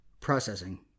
Processing